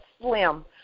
slim